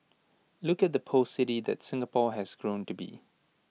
look at the post city that Singapore has grown to be